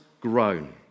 grown